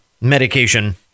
medication